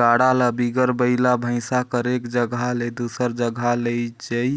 गाड़ा ल बिगर बइला भइसा कर एक जगहा ले दूसर जगहा लइजई